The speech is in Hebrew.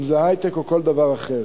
אם זה היי-טק או כל דבר אחר.